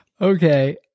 Okay